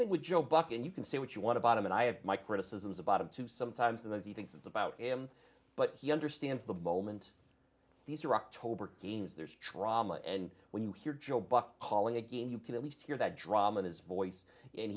thing with joe buck and you can say what you want to bottom and i have my criticisms about of too sometimes of those he thinks it's about him but he understands the moment these are october games there's trauma and when you hear joe buck calling a game you can at least hear that drama in his voice and